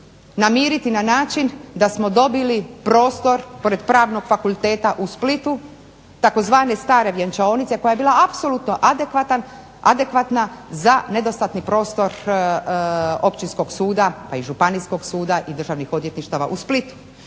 namiriti na način da smo dobili prostor pored pravnog fakulteta u Splitu, tzv. stare vjenčaonice, koja je bila apsolutno adekvatna za nedostatni prostor općinskog pa i županijskog suda i državnih odvjetništava u Splitu.